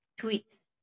tweets